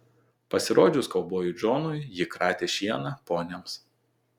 pasirodžius kaubojui džonui ji kratė šieną poniams